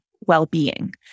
well-being